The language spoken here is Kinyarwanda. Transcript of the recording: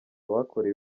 bakorewe